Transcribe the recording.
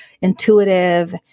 intuitive